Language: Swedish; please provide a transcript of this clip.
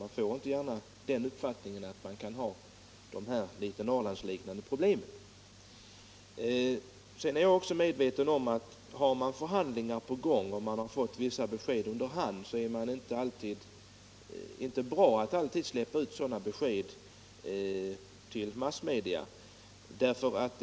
Man tror inte gärna att sådana här litet Norrlandsliknande problem kan förekomma där. Jag är också medveten om att har man förhandlingar på gång och har fått vissa besked under hand, så är det inte alltid bra att släppa ut beskeden till massmedia.